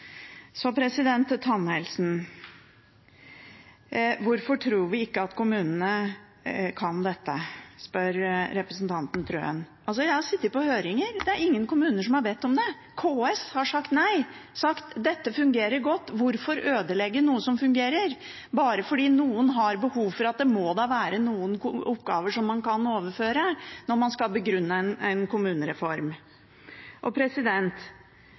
Så til tannhelsen: Hvorfor tror vi ikke at kommunene kan dette, spør representanten Trøen Jeg har sittet på høringer. Det er ingen kommuner som har bedt om det. KS har sagt nei og sagt at dette fungerer godt. Hvorfor ødelegge noe som fungerer, bare fordi noen har behov for at det må være noen oppgaver å overføre når man skal begrunne en kommunereform?